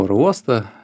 oro uostą